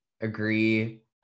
agree